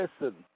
listen